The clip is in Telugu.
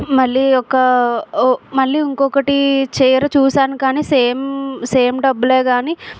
మళ్ళీ ఒక మళ్ళీ ఇంకొకటి చీర చూసాను కానీ సేమ్ సేమ్ డబ్బులు కానీ